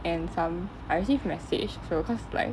and some I receive message also cause like